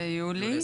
וגם